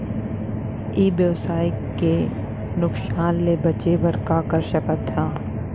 ई व्यवसाय के नुक़सान ले बचे बर का कर सकथन?